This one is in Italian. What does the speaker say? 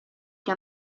che